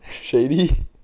Shady